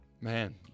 Man